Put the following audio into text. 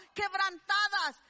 quebrantadas